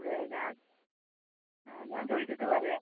അതെ ഞാൻ ആ ഞാൻ ചോദിച്ചിട്ട് പറയാം